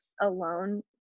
alone